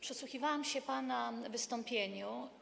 Przysłuchiwałam się pana wystąpieniu.